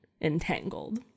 entangled